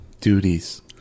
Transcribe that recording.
duties